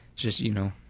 just you know,